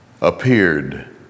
appeared